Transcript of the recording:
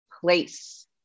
place